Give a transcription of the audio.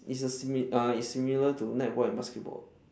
it's a simi~ uh it's similar to netball and basketball